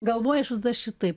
galvoju aš vis dar šitaip